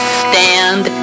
stand